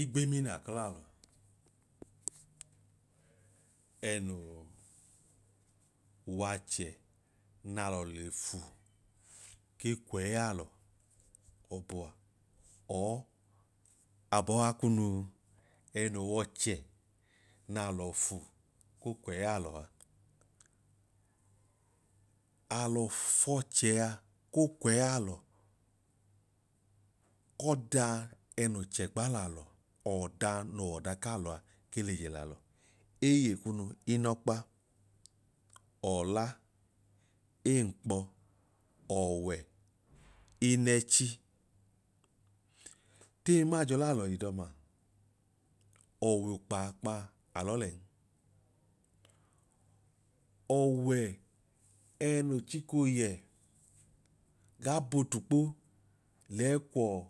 igbemina k'ọlalọ ẹnoo w'achẹ n'alọ le fu ke kwẹyalọ ọbua or abọha kunu ẹno w'ọchẹ n'alọ fu ko kwẹyalọ a, alọ f'ọchẹa ko kwẹalọ kọ da ẹnoo chẹgba l'alọ ọda no wọda kalọa ke le je lalọ. Eye kunu inọkpaọọla, eenkpọ, ọwẹ, inẹchi. Teyi maa jọ laalọ kaa mọọ, ọwokpaakpaa alọọ lẹn ọọwẹ ẹnoo chiko yẹ gaa b'ootukpo leyi kwọọ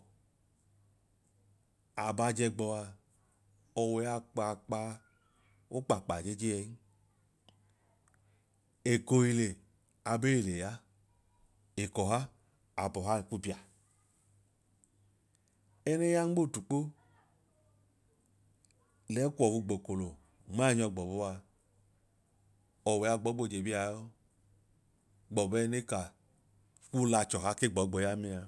aba j'ẹgbọa ọwẹ a kpaakpa o kpaakpa jejee'n, ekohile abeyi le ya okọha abọha ku bia ẹno yan nmotukpo lẹyi kwọwu gbokolo nmainyọ gbọbu aa, ọwẹ gbọọ gboo je bia en gbọbu ẹnekaa kwuu lachẹ ọha ke gbọọ gboo ya mẹn